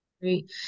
great